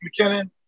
McKinnon